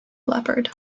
leopard